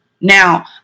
Now